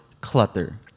clutter